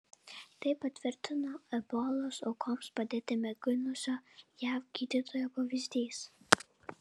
tai patvirtino ebolos aukoms padėti mėginusio jav gydytojo pavyzdys